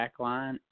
Backline